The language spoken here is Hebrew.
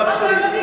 אני מבקש שתי